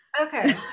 Okay